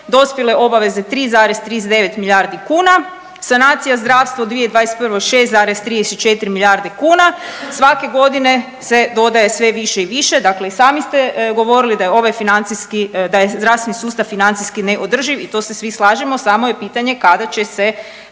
dospjele obaveze 3,39 milijardi kuna, sanacija zdravstvo 2021. 6,34 milijarde kuna, svake godine se dodaje sve više i više, dakle i sami ste govorili da je ovaj financijski, da je zdravstveni sustav financijski neodrživ i to se svi slažemo samo je pitanje kada će se